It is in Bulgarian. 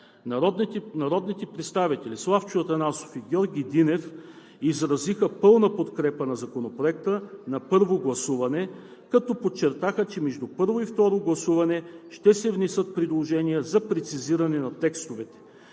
Народните представители Славчо Атанасов и Георги Динев изразиха пълна подкрепа на Законопроекта на първо гласуване, като подчертаха, че между първо и второ гласуване ще се внесат предложения за прецизиране на текстове.